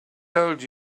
told